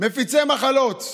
מפיצי מחלות.